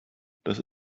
das